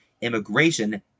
immigration